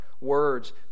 words